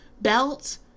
belt